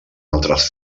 altres